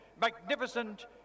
magnificent